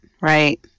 right